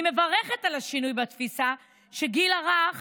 אני מברכת על השינוי בתפיסה שהטיפול בגיל הרך